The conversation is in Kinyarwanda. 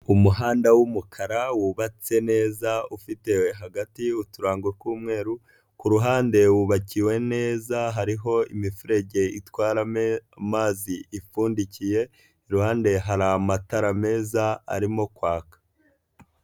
Umuhanda w'umukara, wubatse neza, ufite hagati yturango tw'umweru, ku ruhande wubakiwe neza, hariho imiferege itwara amazi ipfundikiye, iruhande hari amatara meza arimo kwaka.